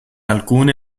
alcune